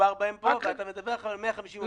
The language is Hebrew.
שמדובר בהם פה, ואתה מדבר על 150 עובדים.